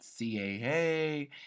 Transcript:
CAA